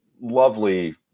lovely